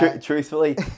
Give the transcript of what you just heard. Truthfully